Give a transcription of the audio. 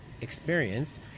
experience